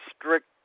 strict